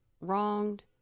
wronged